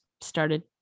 started